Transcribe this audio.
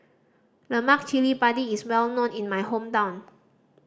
lemak cili padi is well known in my hometown